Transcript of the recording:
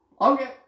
Okay